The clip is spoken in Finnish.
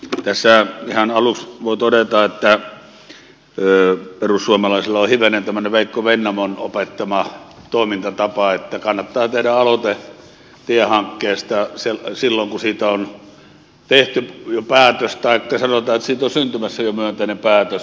tässä ihan aluksi voi todeta että perussuomalaisilla on hivenen tämmöinen veikko vennamon opettama toimintapa että kannattaa tehdä aloite tiehankkeesta silloin kun siitä on tehty jo päätös taikka sanotaan että siitä on jo syntymässä myönteinen päätös